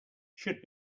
should